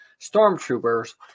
stormtroopers